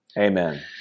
Amen